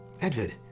Edward